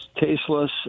tasteless